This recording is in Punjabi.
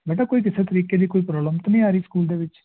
ਬੇਟਾ ਕੋਈ ਕਿਸੇ ਤਰੀਕੇ ਦੀ ਕੋਈ ਪ੍ਰੋਬਲਮ ਤਾਂ ਨਹੀਂ ਆ ਰਹੀ ਸਕੂਲ ਦੇ ਵਿੱਚ